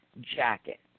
jacket